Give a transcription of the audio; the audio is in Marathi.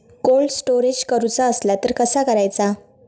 कोल्ड स्टोरेज करूचा असला तर कसा करायचा?